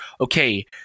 okay